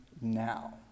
now